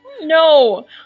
No